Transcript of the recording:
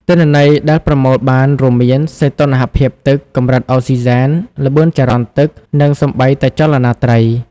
ទិន្នន័យដែលប្រមូលបានរួមមាន សីតុណ្ហភាពទឹក កម្រិតអុកស៊ីសែន ល្បឿនចរន្តទឹក និងសូម្បីតែចលនាត្រី។